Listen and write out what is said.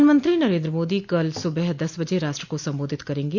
प्रधानमंत्री नरेन्द्र मोदी कल सुबह दस बजे राष्ट्र को सम्बोधित करेंगे